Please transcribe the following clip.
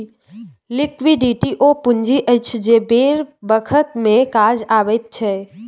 liquidity ओ पुंजी अछि जे बेर बखत मे काज अबैत छै